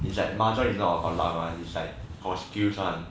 it's like mahjong is not about luck got skills one